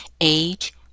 age